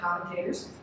commentators